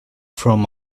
from